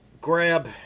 Grab